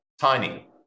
tiny